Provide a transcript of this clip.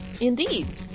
Indeed